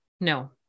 No